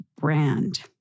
brand